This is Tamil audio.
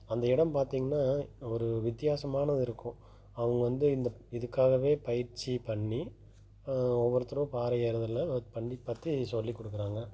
அந்த இடம் பார்த்திங்கன்னா ஒரு வித்தியாசமானது இருக்கும் அவங்க வந்து இந்த இதுக்காகவே பயிற்சி பண்ணி ஒவ்வொருத்தரும் பாறை ஏறுதலில் வ பண்ணி பார்த்து சொல்லி கொடுக்குறாங்க